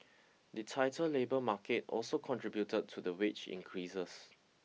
the tighter labour market also contributed to the wage increases